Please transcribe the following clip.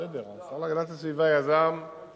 בסדר, השר להגנת הסביבה יזם, אני